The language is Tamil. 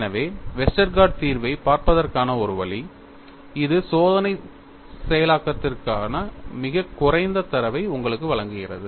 எனவே வெஸ்டர்கார்ட் தீர்வைப் பார்ப்பதற்கான ஒரு வழி இது சோதனைச் செயலாக்கத்திற்கான மிகக் குறைந்த தரவை உங்களுக்கு வழங்குகிறது